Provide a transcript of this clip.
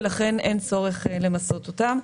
ולכן אין צורך למסות אותם.